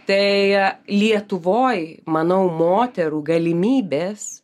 tai lietuvoj manau moterų galimybės